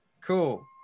Cool